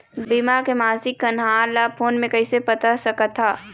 बीमा के मासिक कन्हार ला फ़ोन मे कइसे पता सकत ह?